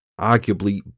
arguably